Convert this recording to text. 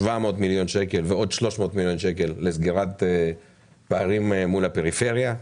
ועוד 300 מיליון שקלים לסגירת פערים מול הפריפריה.